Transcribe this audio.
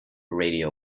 radio